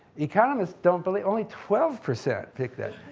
economists don't believe, only twelve percent picked that.